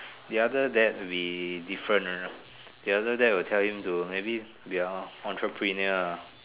the other dad different the other dad will tell him to maybe be an entrepreneur ah